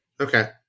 Okay